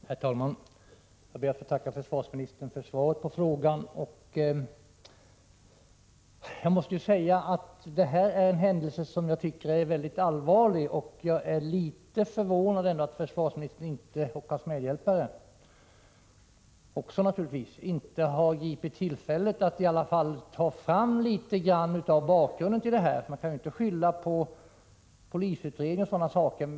Herr talman! Jag ber att få tacka försvarsministern för svaret på frågan. Detta är en händelse som jag tycker är väldigt allvarlig. Jag är litet förvånad att försvarsministern och hans medhjälpare inte har gripit tillfället att ta fram något av bakgrunden till frågan. Man kan inte skylla på att polisutredning pågår.